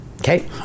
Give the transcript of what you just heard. Okay